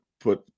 put